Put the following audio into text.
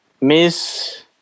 Miss